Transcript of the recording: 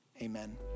amen